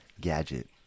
gadget